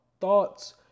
thoughts